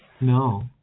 No